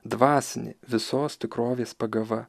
dvasinė visos tikrovės pagava